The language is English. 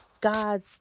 God